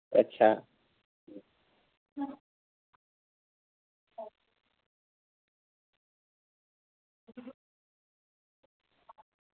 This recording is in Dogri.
अच्छा